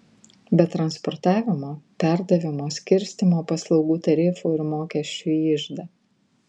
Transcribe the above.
be transportavimo perdavimo skirstymo paslaugų tarifų ir mokesčių į iždą